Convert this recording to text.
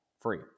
free